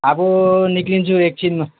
अब निस्किन्छु एकछिनमा